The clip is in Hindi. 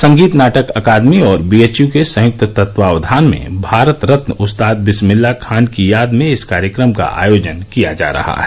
संगीत नाटक अकादमी और बीएचयू के संयुक्त तत्वावधान में भारत रत्न उस्ताद बिस्मिल्लाह खान की याद में इस कार्यक्रम का आयोजन किया जा रहा है